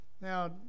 Now